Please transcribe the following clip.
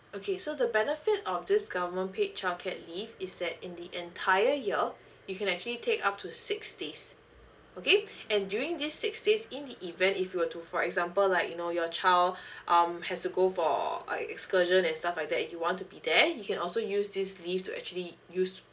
okay so the benefit of this government paid childcare leave is that in the entire year you can actually take up to six days okay and during these six days in the event if you were to for example like you know your child um has to go for uh excursion and stuff like that you want to be there you can also use this leave to actually use